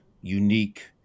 unique